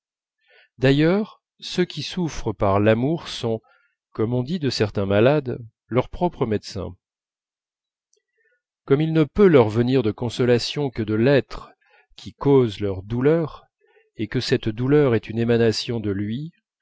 d'ailleurs ceux qui souffrent par l'amour sont comme on dit de certains malades leur propre médecin comme il ne peut leur venir de consolation que de l'être qui cause leur douleur et que cette douleur est une émanation de lui